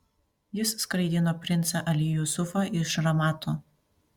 jis skraidino princą ali jusufą iš ramato